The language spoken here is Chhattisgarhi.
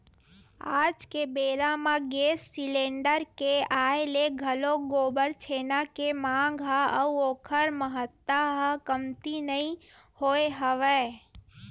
आज के बेरा म गेंस सिलेंडर के आय ले घलोक गोबर छेना के मांग ह अउ ओखर महत्ता ह कमती नइ होय हवय